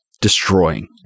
destroying